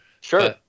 Sure